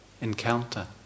encounter